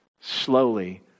slowly